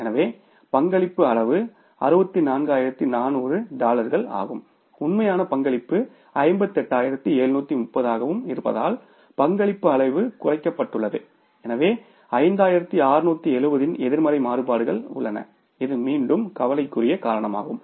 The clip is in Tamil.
எனவே பங்களிப்பு அளவு 64400 டாலர்களாகவும் உண்மையான பங்களிப்பு 58730 ஆகவும் இருப்பதால் பங்களிப்பு அளவு குறைக்கப்பட்டுள்ளது எனவே 5670 இன் எதிர்மறை மாறுபாடுகள் உள்ளன இது மீண்டும் கவலைக்குரிய காரணமாகும்